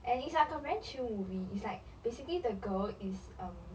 and it's like a very chill movie is like basically the girl is um